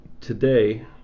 today